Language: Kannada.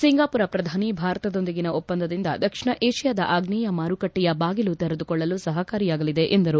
ಸಿಂಗಾಪುರ ಪ್ರಧಾನಿ ಭಾರತದೊಂದಿಗಿನ ಒಪ್ಪಂದದಿಂದ ದಕ್ಷಿಣ ಏಷ್ಲಾದ ಆಗ್ನೇಯ ಮಾರುಕಟ್ಟೆಯ ಬಾಗಿಲು ತೆರೆದುಕೊಳ್ಳಲು ಸಹಕಾರಿಯಾಗಲಿದೆ ಎಂದರು